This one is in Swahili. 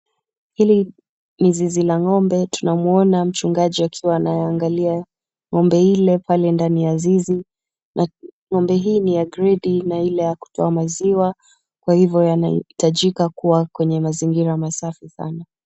Hili ni zizi la ng'ombe tunamuona mchungaji akiwa anaiangalia. Ng'ombe ile ndani ya zizi na ng'ombe hii ni ya gredi na ile ya kutoa maziwa, kwa hivyo yanahitajika kuwa kwenye mazingira masafi sana.